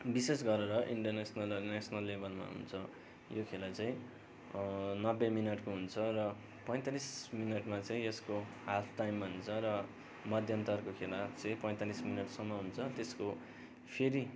विशेष गरेर इन्टरनेसनल र नेसनल लेभलमा हुन्छ यो खेला चाहिँ नब्बे मिनटको हुन्छ र पैँतालिस मिनटमा चाहिँ यसको हाफ टाइम भन्छ र मध्यान्तरको खेला चाहिँ पैँतालिस मिनटसम्म हुन्छ त्यसको फेरि